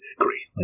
agree